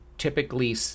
typically